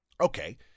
Okay